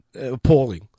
Appalling